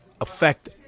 affect